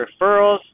referrals